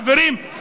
חברים,